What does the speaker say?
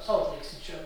solt leik sičio